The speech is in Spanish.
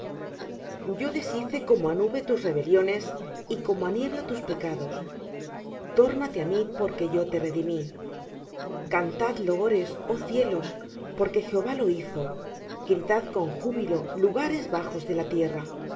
yo deshice como á nube tus rebeliones y como á niebla tus pecados tórnate á mí porque yo te redimí cantad loores oh cielos porque jehová lo hizo gritad con júbilo lugares bajos de la tierra